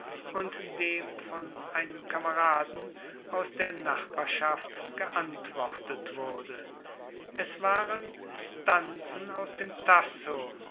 und dem von einem kameraden aus der nachbarschaft geantwortet wurde es waren stanzen aus dem tasso